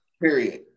Period